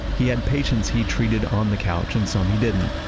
he had patients he treated on the couch and some he didn't,